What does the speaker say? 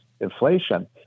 inflation